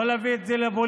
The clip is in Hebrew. לא להביא את זה לפוליטיקה,